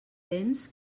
vents